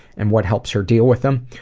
and what helps her deal with them?